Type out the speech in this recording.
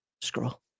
Scroll